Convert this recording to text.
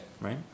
Right